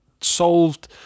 Solved